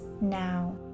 now